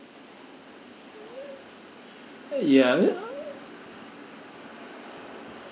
ya uh